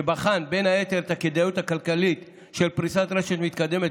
שבחן בין היתר את הכדאיות הכלכלית של פריסת רשת מתקדמת,